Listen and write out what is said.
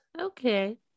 Okay